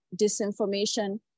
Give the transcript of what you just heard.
disinformation